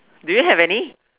do you have any